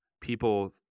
people